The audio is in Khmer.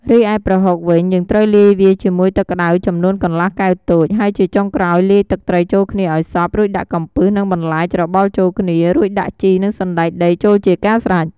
រីឯប្រហុកវិញ យើងត្រូវលាយវាជាមួយទឹកក្តៅចំនួនកន្លះកែវតូច ហើយជាចុងក្រោយលាយទឹកត្រីចូលគ្នាឱ្យសព្វ រួចដាក់កំពឹសនិងបន្លែច្របល់ចូលគ្នា រួចដាក់ជី និងសណ្ដែកដីចូលជាការស្រេច។